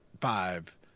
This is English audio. five